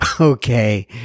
okay